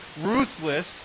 ruthless